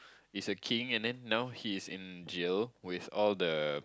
is a king and then now he is in jail with all the